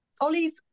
Ollie's